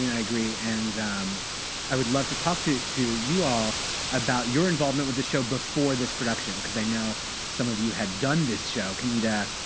mean, i agree. and i would love to talk to to you all about your involvement with this show before this production, because i know some of you had done this show. kenita,